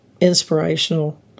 inspirational